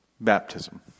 baptism